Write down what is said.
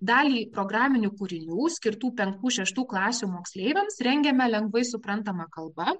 dalį programinių kūrinių skirtų penktų šeštų klasių moksleiviams rengiame lengvai suprantama kalba